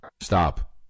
Stop